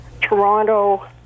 Toronto